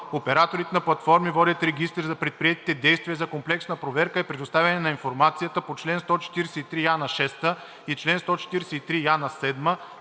Операторите на платформи водят регистри за предприетите действия за комплексна проверка и предоставяне на информация по чл. 143я6 и чл. 143я7,